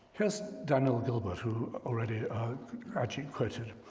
here's daniel gilbert, who already ajit quoted,